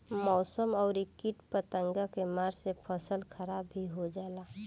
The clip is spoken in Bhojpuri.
मौसम अउरी किट पतंगा के मार से फसल खराब भी हो जाला